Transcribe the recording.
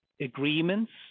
agreements